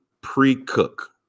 pre-cook